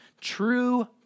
True